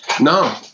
No